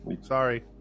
Sorry